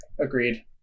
agreed